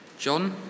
John